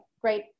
great